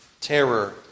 terror